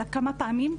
אלא כמה פעמים,